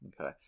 Okay